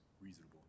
reasonable